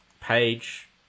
page